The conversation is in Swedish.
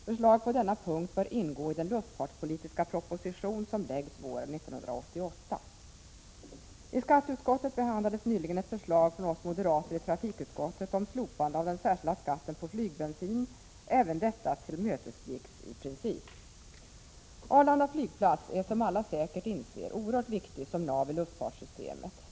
Förslag på denna punkt bör ingå i den luftfartspolitiska proposition som läggs fram våren 1988. I skatteutskottet behandlades nyligen ett förslag från oss moderater i trafikutskottet om slopande av den särskilda skatten på flygbensin. Även detta tillmötesgicks i princip. Arlanda flygplats är, som alla säkert inser, oerhört viktig som nav i luftfartssystemet.